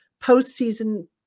postseason